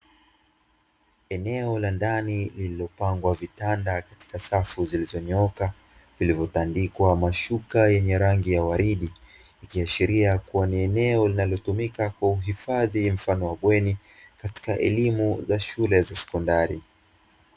Eneo la ndani lililopangwa vitanda katika safu zilizonyooka, vilivyotandikwa mashuka yenye rangi ya waridi ikiashiria kuwa ni eneo linalotumika kwa uhifadhi mfano wa bweni, katika elimu za shule ya sekondari.